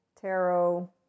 tarot